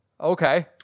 Okay